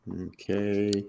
Okay